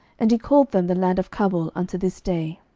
and he called them the land of cabul unto this day.